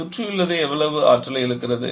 எனவே சுற்றியுள்ளது எவ்வளவு ஆற்றலை இழக்கிறது